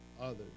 others